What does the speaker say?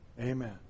Amen